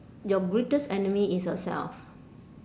your greatest enemy is yourself